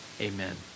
Amen